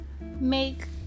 make